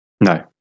No